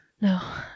no